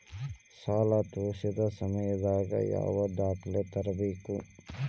ಸಾಲಾ ತೇರ್ಸೋ ಸಮಯದಾಗ ಯಾವ ದಾಖಲೆ ತರ್ಬೇಕು?